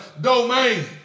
domain